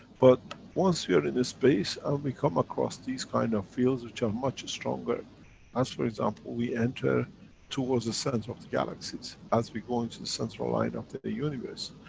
but once we are in the space and we come across these kind of fields which are much stronger as, for example, we enter towards the center of the galaxies as we go into the central line of the the universe,